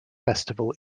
festival